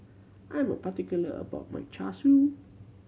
I am particular about my Char Siu